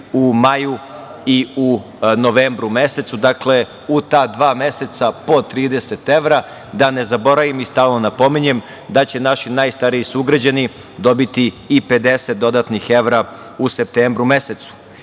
u maju i u novembru mesecu. Dakle, u ta dva meseca po 30 evra. Da ne zaboravim, i stalno napominjem, da će naši najstariji sugrađani dobiti i 50 dodatnih evra u septembru mesecu. Iznos